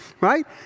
right